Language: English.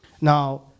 Now